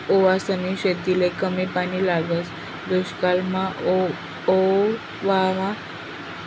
ओवासनी शेतीले कमी पानी लागस, दुश्कायमा आओवा लावाले हारकत नयी